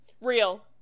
real